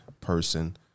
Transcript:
person